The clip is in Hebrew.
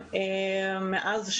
למעשה..